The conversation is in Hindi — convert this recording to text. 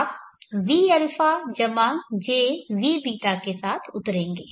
आप vα jvβ के साथ उतरेंगे